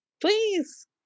please